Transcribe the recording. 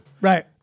right